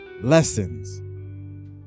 lessons